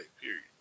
Period